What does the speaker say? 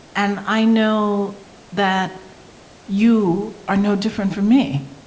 and i know that you are no different from me.